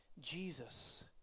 Jesus